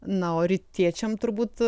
na o rytiečiam turbūt